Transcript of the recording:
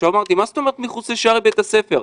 אמרתי: מה זאת אומרת מחוץ לשערי בית הספר?